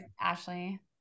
Ashley